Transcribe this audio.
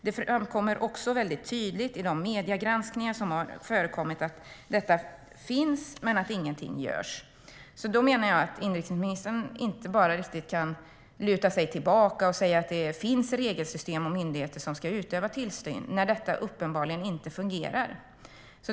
Det framkommer även tydligt i de mediegranskningar som har förekommit att detta sker men att ingenting görs. Jag menar alltså att inrikesministern inte bara kan luta sig tillbaka och säga att det finns regelsystem och myndigheter som ska utöva tillsyn, eftersom detta uppenbarligen inte fungerar.